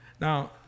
Now